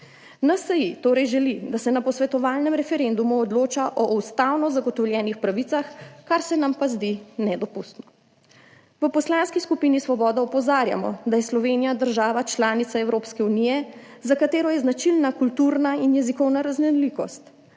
NSi torej želi, da se na posvetovalnem referendumu odloča o ustavno zagotovljenih pravicah, kar se pa nam zdi nedopustno. V Poslanski skupini Svoboda opozarjamo, da je Slovenija država članica Evropske unije, za katero je značilna kulturna in jezikovna raznolikost.